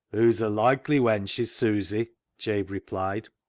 hoo's a loikely wench is susy, jabe replied.